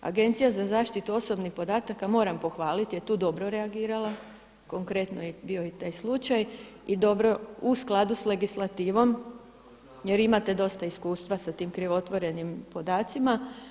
Agencija za zaštitu osobnih podataka, moram pohvaliti je tu dobro reagirala, konkretno je bio i taj slučaj i dobro u skladu s legislativom jer imate dosta iskustva sa tim krivotvorenim podacima.